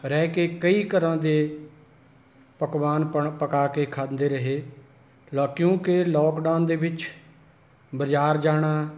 ਰਹਿ ਕੇ ਕਈ ਘਰਾਂ ਦੇ ਪਕਵਾਨ ਪਣ ਪਕਾ ਕੇ ਖਾਂਦੇ ਰਹੇ ਲਾ ਕਿਉਂਕਿ ਲਾੱਕਡਾਊਨ ਦੇ ਵਿੱਚ ਬਾਜ਼ਾਰ ਜਾਣਾ